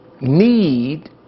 need